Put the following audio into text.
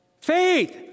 Faith